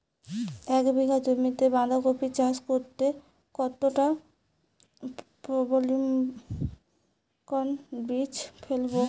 এক বিঘা জমিতে বাধাকপি চাষ করতে কতটা পপ্রীমকন বীজ ফেলবো?